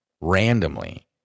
Randomly